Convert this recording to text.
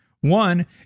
One